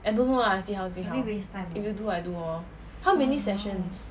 I don't know lah see how see how if you do I do lor how many sessions